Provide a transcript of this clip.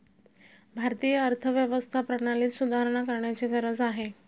भारतीय अर्थव्यवस्था प्रणालीत सुधारणा करण्याची गरज आहे